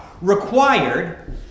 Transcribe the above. required